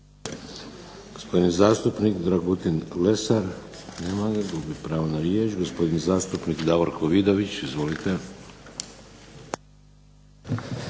Gospodin zastupnik Dragutin Lesar. Nema ga. Gubi pravo na riječ. Gospodin zastupnik Davorko Vidović. Izvolite.